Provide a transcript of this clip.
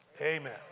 Amen